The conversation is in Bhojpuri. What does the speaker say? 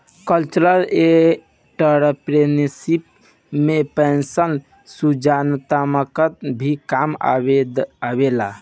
कल्चरल एंटरप्रेन्योरशिप में पर्सनल सृजनात्मकता भी काम आवेला